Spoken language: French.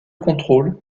contrôle